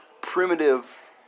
primitive